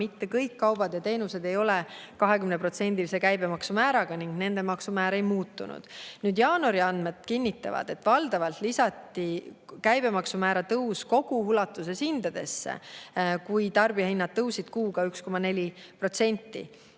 mitte kõik kaubad ja teenused ei ole 20%-lise käibemaksumääraga ning nende maksumäär ei muutunud. Nüüd, jaanuari andmed kinnitavad, et valdavalt lisati käibemaksu määra tõus kogu ulatuses hindadesse, tarbijahinnad tõusid kuuga 1,4%.